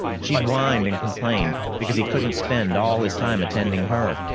she'd whined and complained because he couldn't spend all his time attending her.